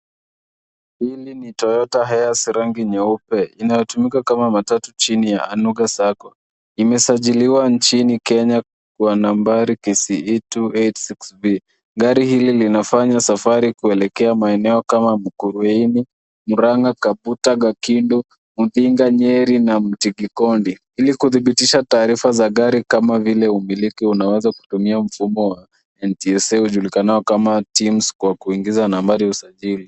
Hili ni Toyota Hiace yenye rangi nyeupe. Lina tumika kama matatu chini ya Anugasago. Limejisajiliwa nchini Kenya kwa nambari kCE286B. Gari hili hufanya safari kuelekea maeneo kama Mukuruini, Muranga, Kaputa, Gakidu, Mpinga Nyeri, na Mutikikondi. Hii inathibitisha taarifa za gari, ambapo rekodi zake zimetunzwa kwenye mfumo wa NTSA na zinatumika na timu husika kwa ajili ya kuingiza na kusimamia usajili wake